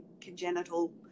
congenital